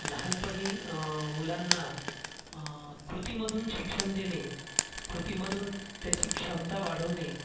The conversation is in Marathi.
लहानपणी मुलांना कृतीमधून शिक्षण देणे कृती मधून त्याची क्षमता वाढवणे